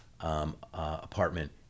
apartment